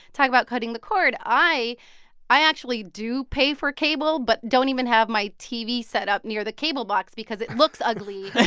talk about cutting the cord. i i actually do pay for cable but don't even have my tv set up near the cable box because it looks ugly where the